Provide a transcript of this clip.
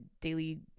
daily